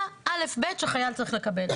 מה האלף בית שחיל צריך לקבל.